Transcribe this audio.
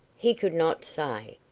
he could not say.